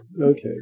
Okay